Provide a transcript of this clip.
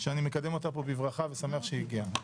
שאני מקדם אותה בברכה ושמח שהיא הגיעה.